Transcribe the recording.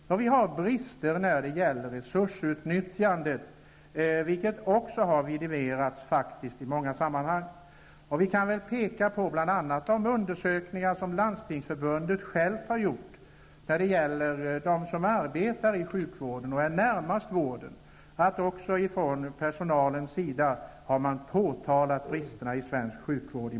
Det finns också brister när det gäller resursutnyttjande, vilket också har vidimerats i många sammanhang. Jag kan peka på bl.a. de undersökningar som Landstingsförbundet har gjort och som visar att man också från personalens sida har påtalat brister i svensk sjukvård.